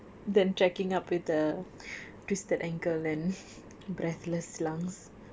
then trekking up with the twisted ankle and breathless lungs